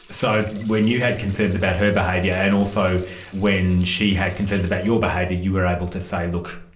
so when you had concerns about her behaviour and also when she had concerns about your behaviour you are able to say look,